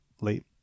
Late